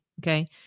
Okay